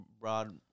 broad